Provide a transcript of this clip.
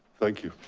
thank you.